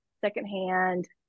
secondhand